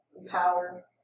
empower